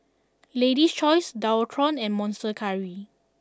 Lady's Choice Dualtron and Monster Curry